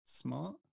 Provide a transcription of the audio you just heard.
smart